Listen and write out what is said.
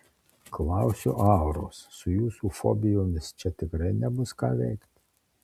klausiu auros su jūsų fobijomis čia tikrai nebus ką veikti